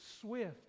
swift